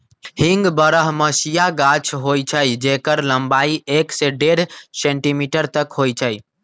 हींग बरहमसिया गाछ होइ छइ जेकर लम्बाई एक से डेढ़ सेंटीमीटर तक होइ छइ